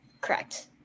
Correct